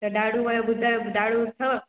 त ॾाड़ू ऐं ॿुधायो ऐं ॾाड़ू अथव